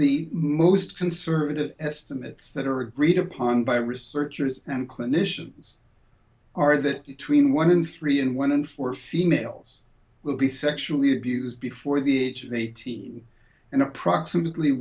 the most conservative estimates that are agreed upon by researchers and clinicians are that between one in three and one in four females will be sexually abused before the age of eighteen and approximately